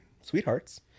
Sweethearts